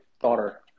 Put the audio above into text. daughter